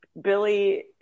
Billy